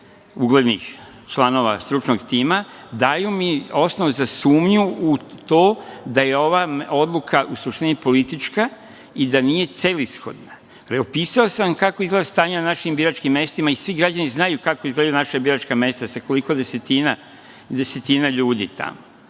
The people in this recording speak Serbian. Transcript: uglednih članova stručnog tima, daju mi osnov za sumnju u to da je ova odluka u suštini politička i da nije celishodna. Opisao sam kako izgleda stanje na našim biračkim mestima i svi građani znaju kako izgledaju naša biračka mesta, sa koliko desetina ljudi tamo.